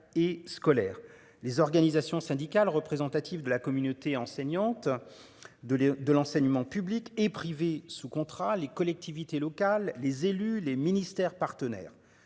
Les organisations syndicales représentatives de la communauté enseignante. De de l'enseignement public et privé sous contrat, les collectivités locales, les élus, les ministères partenaires